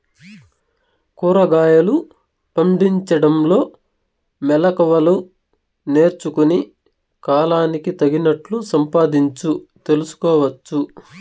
కూరగాయలు పండించడంలో మెళకువలు నేర్చుకుని, కాలానికి తగినట్లు సంపాదించు తెలుసుకోవచ్చు